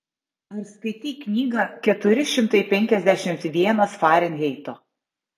ar skaitei knygą keturi šimtai penkiasdešimt vienas farenheito